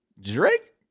Drake